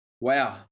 Wow